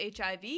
HIV